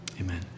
Amen